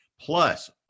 Plus